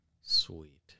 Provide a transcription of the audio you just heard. sweet